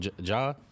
Ja